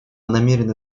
намерены